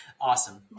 Awesome